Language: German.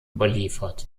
überliefert